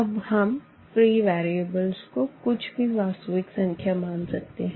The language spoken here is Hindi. अब हम फ्री वेरिएबल स को कुछ भी वास्तविक संख्या मान सकते हैं